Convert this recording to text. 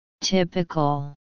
Typical